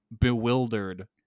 bewildered